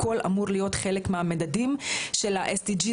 הכול אמור להיות חלק מהמדדים של ה-SDG,